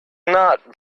not